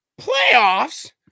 Playoffs